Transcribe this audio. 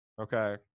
Okay